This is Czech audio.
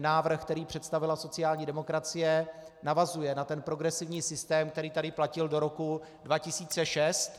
Návrh, který představila sociální demokracie, navazuje na ten progresivní systém, který tady platil do roku 2006.